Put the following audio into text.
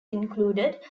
included